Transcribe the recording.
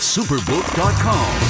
Superbook.com